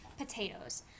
potatoes